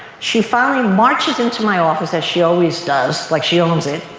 she finally marches into my office as she always does, like she owns it,